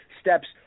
steps